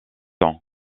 ans